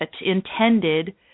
intended